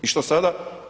I što sada?